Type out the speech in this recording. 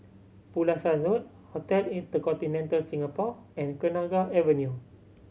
Pulasan Road Hotel InterContinental Singapore and Kenanga Avenue